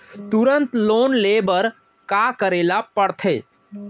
तुरंत लोन ले बर का करे ला पढ़थे?